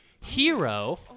hero